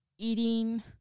eating